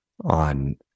on